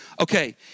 Okay